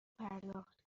پرداخت